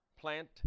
plant